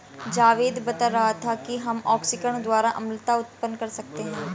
जावेद बता रहा था कि हम ऑक्सीकरण द्वारा अम्लता उत्पन्न कर सकते हैं